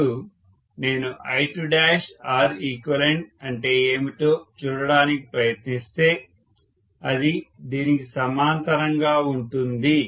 ఇప్పుడు నేను I2Req అంటే ఏమిటో చూడటానికి ప్రయత్నిస్తే అది దీనికి సమాంతరంగా ఉంటుంది